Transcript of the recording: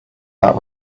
that